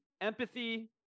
empathy